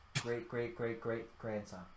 great-great-great-great-grandson